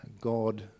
God